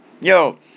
yo